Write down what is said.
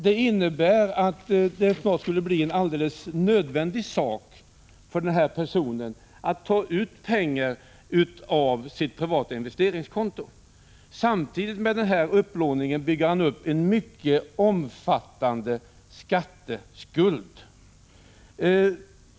Det skulle efter kort tid bli alldeles nödvändigt för denna person att ta ut pengar från sitt privata investeringskonto. Samtidigt med denna upplåning bygger han upp en mycket omfattande skatteskuld.